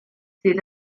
sydd